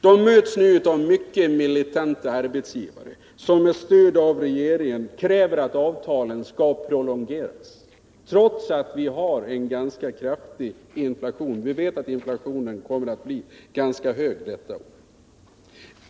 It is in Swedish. De möts nu av mycket militanta arbetsgivare, som med stöd av regeringen kräver att avtalen skall prolongeras, trots att vi har en ganska kraftig inflation; vi vet att inflationen kommer att bli tämligen hög detta år.